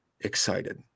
excited